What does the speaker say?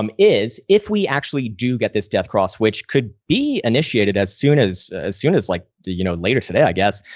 um is if we actually do get this death cross, which could be initiated as soon as soon as like, you know, later today, i guess.